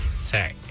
Say